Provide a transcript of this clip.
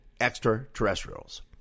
extraterrestrials